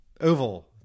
oval